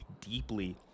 deeply